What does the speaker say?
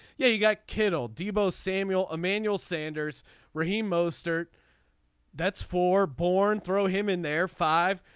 yeah you got kiddo debo samuel emmanuel sanders raheem most hurt that's for born. throw him in there five.